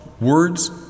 words